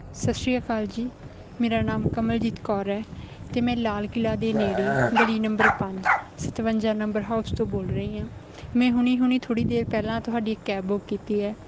ਸਤਿ ਸ਼੍ਰੀ ਅਕਾਲ ਜੀ ਮੇਰਾ ਨਾਮ ਕਮਲਜੀਤ ਕੌਰ ਹੈ ਅਤੇ ਮੈਂ ਲਾਲ ਕਿਲ੍ਹਾ ਦੇ ਨੇੜੇ ਗਲੀ ਨੰਬਰ ਪੰਜ ਸਤਵੰਜਾ ਨੰਬਰ ਹਾਊਸ ਤੋਂ ਬੋਲ ਰਹੀ ਹਾਂ ਮੈਂ ਹੁਣੇ ਹੁਣੇ ਥੋੜੀ ਦੇਰ ਪਹਿਲਾਂ ਤੁਹਾਡੀ ਇੱਕ ਕੈਬ ਬੁੱਕ ਕੀਤੀ ਹੈ